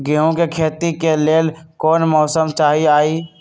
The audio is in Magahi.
गेंहू के खेती के लेल कोन मौसम चाही अई?